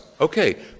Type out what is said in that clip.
okay